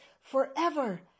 forever